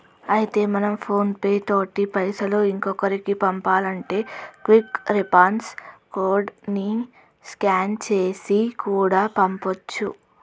అయితే మనం PhonePe తోటి పైసలు ఇంకొకరికి పంపానంటే క్విక్ రెస్పాన్స్ కోడ్ ని స్కాన్ చేసి కూడా పంపొచ్చు